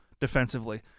defensively